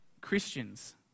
Christians